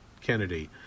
Kennedy